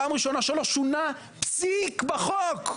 פעם ראשונה שלא שונה פסיק בחוק.